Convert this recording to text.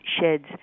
sheds